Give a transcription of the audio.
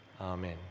Amen